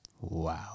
Wow